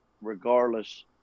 regardless